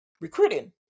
recruiting